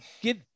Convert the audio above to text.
get